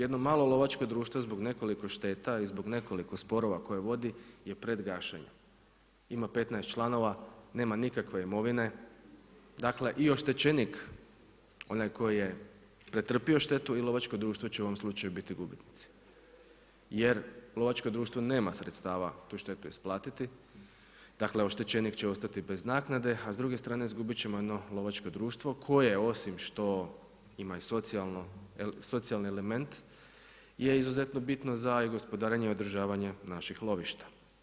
Jedno malo lovačko društvo zbog nekoliko šteta i zbog nekoliko sporova koje vodi je pred gašenjem, ima 15 članova, nema nikakve imovine, dakle i oštećenik, onaj koji je pretrpio štetu i lovačko društvo će u ovom slučaju biti gubitnici jer lovačko društvo nema sredstava tu štetu isplatiti, dakle oštećenik će ostati bez naknade a s druge strane izgubiti ćemo jedno lovačko društvo koje osim što ima i socijalan element je izuzetno bitno za i gospodarenje i održavanje naših lovišta.